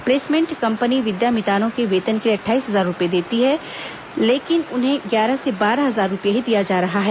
placement company विद्यामितानों के वेतन के लिए अटठाईस हजार रूपए लेती है लेकिन उन्हें ग्यारह से बारह हजार रूपए ही दिया जा रहा है